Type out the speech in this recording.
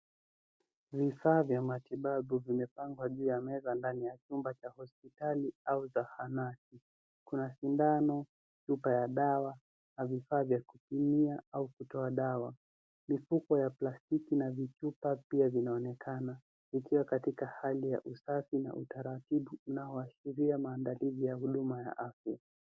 Vifaa vya matibabu vimepangwa juu ya meza ndani ya chumba cha hospitali au zahanati. Kuna sindano, chupa ya dawa na vifaa vya kupimia au kutoa dawa. Mifuko ya plastiki na vichupa pia vinaonekana vikiwa katika hali ya usafi au utaratibu unaoashiria maandalizi ya huduma ya afya.